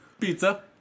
pizza